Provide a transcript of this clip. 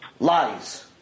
Lies